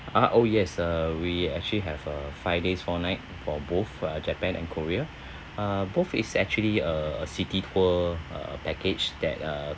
ah oh yes uh we actually have a five days four nights for both uh japan and korea uh both is actually a city tour uh package that uh